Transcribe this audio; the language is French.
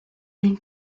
d’une